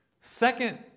Second